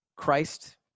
Christ